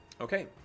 Okay